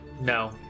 No